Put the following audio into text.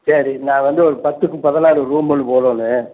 சரி நான் வந்து ஒரு பத்துக்கு பதினாறு ரூம் ஒன்று போடணும்